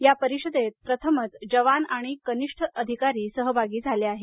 या परिषदेत प्रथमच जवान आणि कनिष्ठ अधिकारी सहभागी झाले आहेत